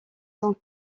sont